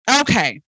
Okay